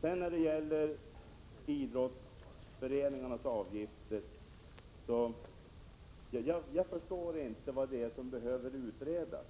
När det gäller idrottsföreningarnas avgifter förstår jag inte vad det är som behöver utredas.